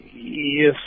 Yes